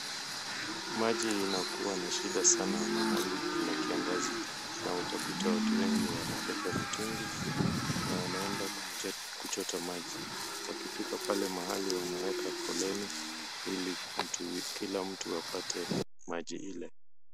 Maji inakua na shida sana mahali kuna kiangazi ,na utakuta watu wengi wanabeba mitungi na wanaenda kuchota maji ,wakifika pale mahali wanaweka foleni ili Kila mtu apate maji Ile .